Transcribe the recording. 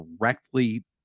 directly